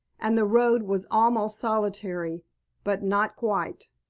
and the road was almost solitary but not quite.